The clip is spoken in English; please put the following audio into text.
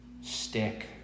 stick